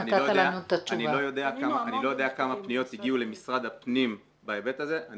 אני לא יודע כמה פניות הגיעו למשרד הפנים בהיבט הזה.